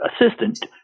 assistant